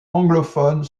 anglophones